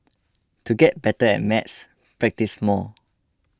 to get better at maths practise more